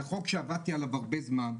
זה חוק שעבדתי עליו הרבה זמן,